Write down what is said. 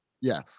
Yes